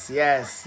yes